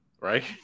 right